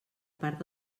part